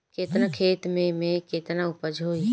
केतना खेत में में केतना उपज होई?